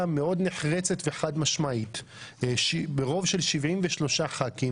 מאוד נחרצת וחד-משמעית ברוב של 73 ח"כים,